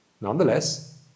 nonetheless